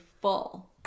full